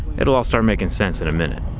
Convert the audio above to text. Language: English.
it will all start making sense in a minute.